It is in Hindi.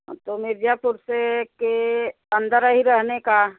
तो मिर्ज़ापुर से के अंदर ही रहने का